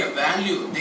value